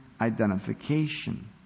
identification